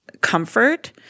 comfort